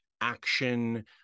action